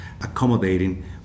accommodating